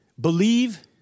believe